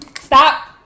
Stop